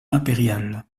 impériale